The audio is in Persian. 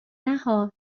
نهها